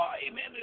amen